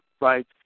Right